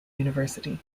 university